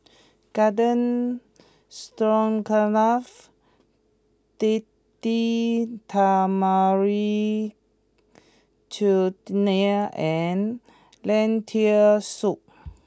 Garden Stroganoff Date Tamarind Chutney and Lentil soup